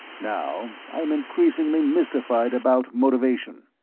now i am increasingly mystified about motivation.